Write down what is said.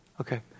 Okay